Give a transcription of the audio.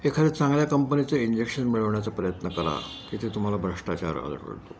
एखाद चांगल्या कंपनीचं इंजेक्शन मिळवण्याचा प्रयत्न करा तिथे तुम्हाला भ्रष्टाचार आढळतो